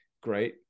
great